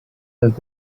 have